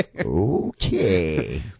Okay